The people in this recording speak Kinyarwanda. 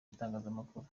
itangazamakuru